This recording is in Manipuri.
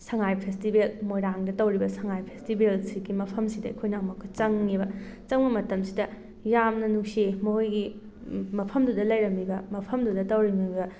ꯁꯉꯥꯏ ꯐꯦꯁꯇꯤꯚꯦꯜ ꯃꯣꯏꯔꯥꯡꯗ ꯇꯧꯔꯤꯕ ꯁꯉꯥꯏ ꯐꯦꯁꯇꯤꯚꯦꯜꯁꯤꯒꯤ ꯃꯐꯝꯁꯤꯗ ꯑꯩꯈꯣꯏꯅ ꯑꯃꯨꯛꯀ ꯆꯪꯉꯦꯕ ꯆꯪꯕ ꯃꯇꯝꯁꯤꯗ ꯌꯥꯝꯅ ꯅꯨꯡꯁꯤ ꯃꯈꯣꯏꯒꯤ ꯃꯐꯝꯗꯨꯗ ꯂꯩꯔꯝꯃꯤꯕ ꯃꯐꯝꯗꯨꯗ ꯇꯧꯔꯝꯃꯤꯕ